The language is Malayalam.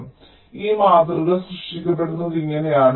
അതിനാൽ ഈ മാതൃക സൃഷ്ടിക്കപ്പെടുന്നത് ഇങ്ങനെയാണ്